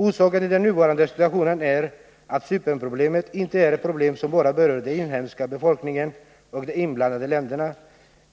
Orsaken till den nuvarande situationen är att Cypernproblemet inte är ett problem som bara berör den inhemska befolkningen och de inblandade länderna